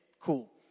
Cool